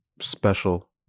special